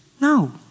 no